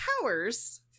powers